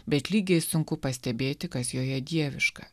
bet lygiai sunku pastebėti kas joje dieviška